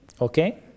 okay